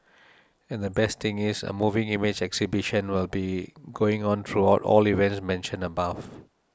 and the best thing is a moving image exhibition will be going on throughout all the events mentioned above